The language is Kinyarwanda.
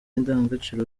indangagaciro